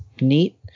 neat